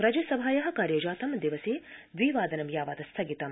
राज्यसभाया कार्यजातं दिवसे द्वि वादनं यावत् स्थगितम्